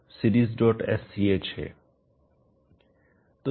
gnetlist g spice sdb o seriesnet seriessch